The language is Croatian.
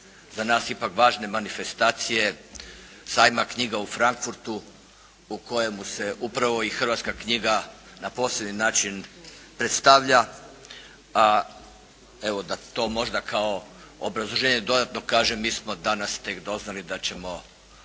za nas ipak važne manifestacije Sajma knjiga u Frankfurtu u kojemu se upravo i hrvatska knjiga na poseban način predstavlja. A evo da to možda kao obrazloženje dodatno kažem mi smo danas tek doznali da ćemo danas